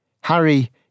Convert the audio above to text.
Harry